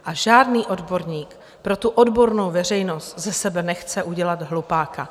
A žádný odborník pro odbornou veřejnost ze sebe nechce udělat hlupáka.